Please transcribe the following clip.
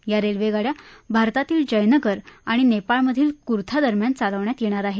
या रेल्वेगाड्या भारतातील जयनगर आणि नेपाळमधील कुर्थादरम्यान चालवण्यात येणार आहेत